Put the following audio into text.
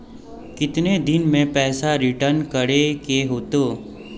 कितने दिन में पैसा रिटर्न करे के होते?